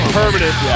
permanent